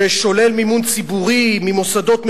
ששולל מימון ציבורי ממוסדות מסוימים,